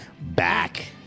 back